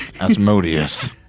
Asmodeus